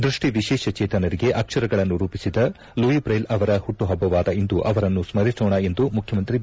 ದೃಷ್ಟಿ ವಿಶೇಷಚೇತನರಿಗೆ ಅಕ್ಷರಗಳನ್ನು ರೂಪಿಸಿದ ಲೂಯಿ ಬ್ರೈಲ್ ಅವರ ಪುಟ್ಟುಪ್ಟವಾದ ಇಂದು ಅವರನ್ನು ಸ್ಮರಿಸೋಣ ಎಂದು ಮುಖ್ಯಮಂತ್ರಿ ಬಿ